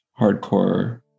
hardcore